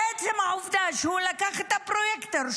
בעצם העובדה שהוא לקח את הפרויקטור,